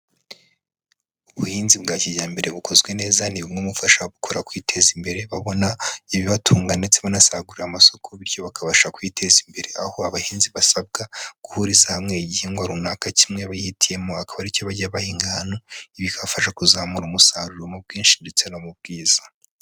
Ubuhinzi bwa kijyambere bukozwe neza ni bumwe mubufasha gukora kwiteza imbere babona ibibatunga ndetse banasagurira amasoko bityo bakabasha kwiteza imbere. Aho abahinzi basabwa guhuriza hamwe igihingwa runaka kimwe bihitiyemo akaba aricyo bajya bahinga ahantu. Bibafasha kuzamura umusaruro mu bwinshi ndetse no mu bwiza.